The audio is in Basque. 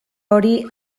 hori